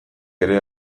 ere